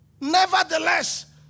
nevertheless